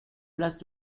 place